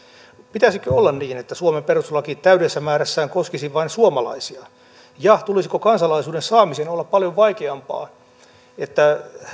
pitäisikö olla niin että suomen perustuslaki täydessä määrässään koskisi vain suomalaisia ja tulisiko kansalaisuuden saamisen olla paljon vaikeampaa että